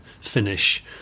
finish